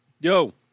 yo